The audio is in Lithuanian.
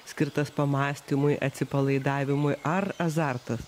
skirtas pamąstymui atsipalaidavimui ar azartas